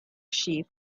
sheep